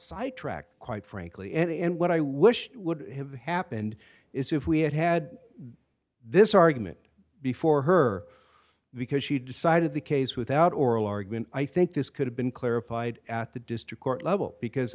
sidetracked quite frankly and what i wish would have happened is if we had had this argument before her because she decided the case without oral argument i think this could have been clarified at the district court level because